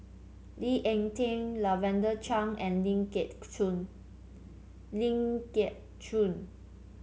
Lee Ek Tieng Lavender Chang and Ling Geok Choon